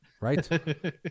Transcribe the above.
Right